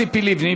ציפי לבני,